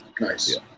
Nice